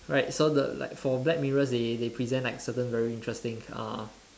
right so the like for black mirrors they they present like certain very interesting uh